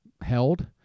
held